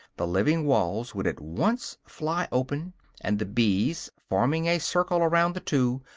the living walls would at once fly open and the bees, forming a circle around the two,